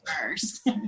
first